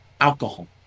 Alcohol